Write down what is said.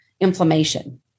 inflammation